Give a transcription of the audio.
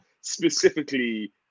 specifically